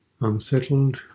unsettled